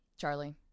Charlie